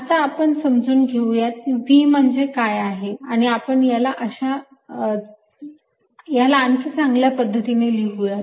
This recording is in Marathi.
आता आपण समजून घेऊयात की हे V म्हणजे काय आहे आणि आपण याला आणखी चांगल्या पद्धतीने लिहूयात